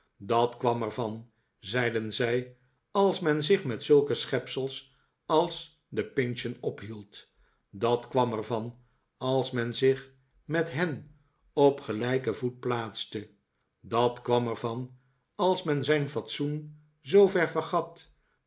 dat kwam er van zeiden zij als men zich met zulke schepsels als de pinchen ophield dat kwam er van als men zich met hen op gelijken voet plaatste dat kwam er van als men zijn fatsoen zoover vergat